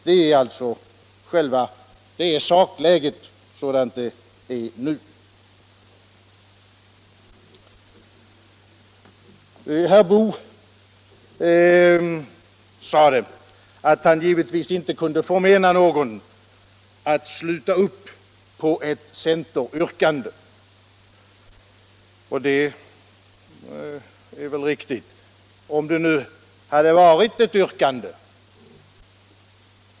—- Detta är sakläget nu. Herr Boo sade att han givetvis inte kunde förmena någon att sluta upp omkring ett centeryrkande, och det är väl riktigt — om det nu bara hade varit ett yrkande.